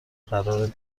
قراره